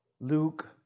Luke